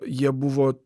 jie buvo